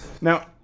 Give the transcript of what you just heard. Now